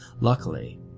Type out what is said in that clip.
Luckily